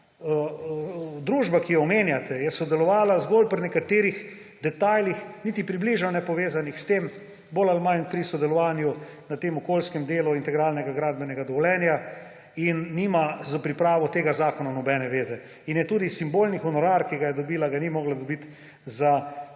Družba, ki jo omenjate, je sodelovala zgolj pri nekaterih detajlih, niti približno povezanih s tem, bolj ali manj pri sodelovanju na tem okoljskem delu integralnega gradbenega dovoljenja; in nima s pripravo tega zakona nobene veze. In tudi simbolnega honorarja, ki ga je dobila, ni mogla dobiti za